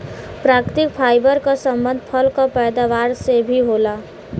प्राकृतिक फाइबर क संबंध फल क पैदावार से भी होला